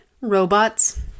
Robots